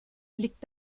liegt